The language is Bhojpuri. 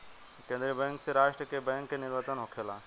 केंद्रीय बैंक से राष्ट्र के बैंक के निवर्तन होखेला